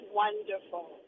wonderful